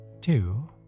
two